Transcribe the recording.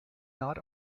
not